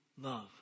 love